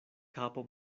kapo